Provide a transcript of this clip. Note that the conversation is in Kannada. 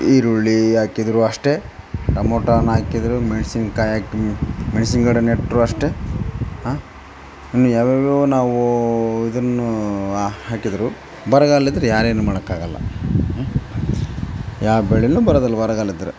ಈರುಳ್ಳಿ ಹಾಕಿದ್ರು ಅಷ್ಟೇ ಟೊಮೊಟಾನ ಹಾಕಿದ್ರು ಮೆಣಸಿನ್ಕಾಯ್ ಹಾಕ್ ಮೆಣ್ಸಿನ ಗಿಡ ನೆಟ್ಟರು ಅಷ್ಟೇ ಹಾಂ ಇನ್ನು ಯಾವ್ಯಾವೋ ನಾವೋ ಇದನ್ನು ಹಾಕಿದ್ರು ಬರಗಾಲಿದ್ರೆ ಯಾರೇನು ಮಾಡೋಕಾಗಲ್ಲ ಹ್ಞೂ ಯಾವ ಬೆಳೆನೂ ಬರೋದಿಲ್ಲ ಬರಗಾಲಿದ್ರೆ